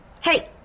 Hey